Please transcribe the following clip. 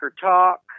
Talk